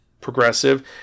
Progressive